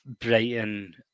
Brighton